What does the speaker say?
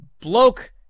bloke